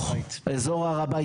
אזור הר הבית,